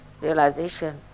Realization